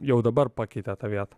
jau dabar pakeitė tą vietą